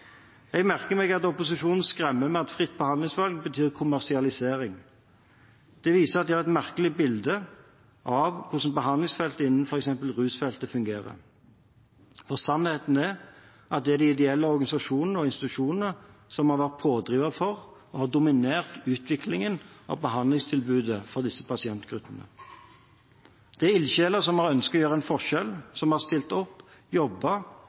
Jeg merker meg at opposisjonen skremmer med at fritt behandlingsvalg betyr kommersialisering. Det viser at de har et merkelig bilde av hvordan behandlingsfeltet innen f.eks. rusfeltet fungerer. For sannheten er at det er de ideelle organisasjonene og institusjonene som har vært pådrivere for og har dominert utviklingen av behandlingstilbudet for disse pasientgruppene. Det er ildsjeler som har ønsket å gjøre en forskjell, som har stilt opp,